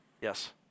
Yes